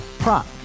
Prop